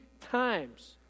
times